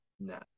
no